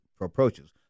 approaches